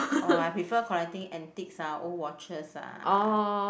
oh I prefer antiques ah old watches ah